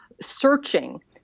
searching